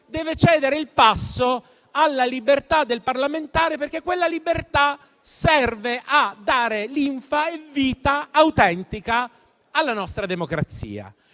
deve cedere il passo alla libertà del parlamentare, perché quella libertà serve a dare linfa e vita autentica alla nostra democrazia.